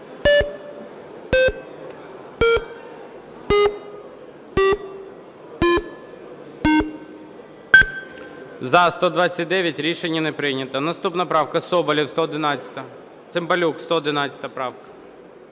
За-129 Рішення не прийнято. Наступна правка. Соболєв, 111-а. Цимбалюк, 111 правка.